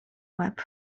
łeb